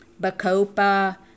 Bacopa